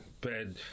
Bed